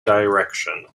direction